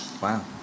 wow